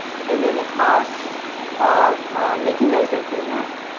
and then the cost of making those improvements.